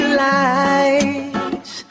lights